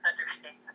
understand